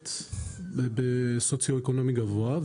מדורגת בסוציואקונומי גבוה,